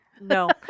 No